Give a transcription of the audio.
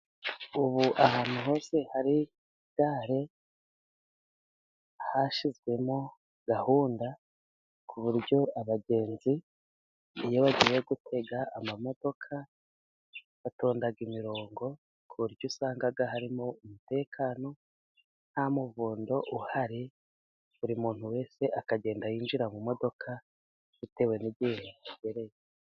Ubu ahantu hose hari gare hashyizwemo gahunda ku buryo abagenzi iyo bagiye gutega amamodoka batonda imirongo, ku buryo usanga harimo umutekano nta muvundo uhari, buri muntu wese akagenda yinjira mu modoka bitewe n' igihe yahagereye.